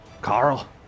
Carl